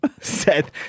Seth